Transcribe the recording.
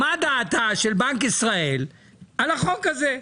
מה דעתו של בנק ישראל על החוק הזה,